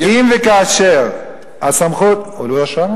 אם וכאשר הסמכות, הוא לא פה?